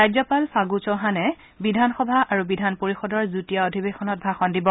ৰাজ্যপাল ফাগু চৌহানে বিধানসভা আৰু বিধান পৰিষদৰ যুটীয়া অধিৱেশনত ভাষণ দিব